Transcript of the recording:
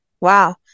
Wow